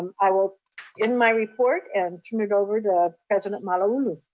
i will end my report and turn it over to president malauulu.